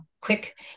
quick